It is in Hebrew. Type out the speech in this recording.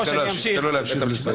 יסוד.